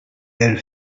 elle